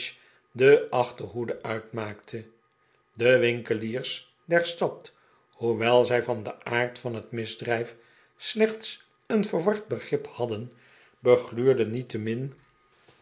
de achterhoede uitmaakte de winkeliers der stad hoewel zij van den aard van het misdrijf slechts een verward begrip hadden begluurden niettemin